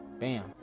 bam